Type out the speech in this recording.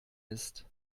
ist